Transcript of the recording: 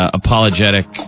apologetic